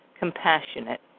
Compassionate